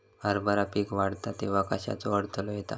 हरभरा पीक वाढता तेव्हा कश्याचो अडथलो येता?